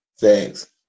Thanks